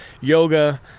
yoga